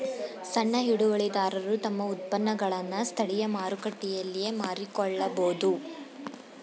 ಸಣ್ಣ ಹಿಡುವಳಿದಾರರು ತಮ್ಮ ಉತ್ಪನ್ನಗಳನ್ನು ಸ್ಥಳೀಯ ಮಾರುಕಟ್ಟೆಯಲ್ಲಿಯೇ ಮಾರಿಕೊಳ್ಳಬೋದು